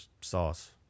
sauce